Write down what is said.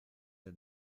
der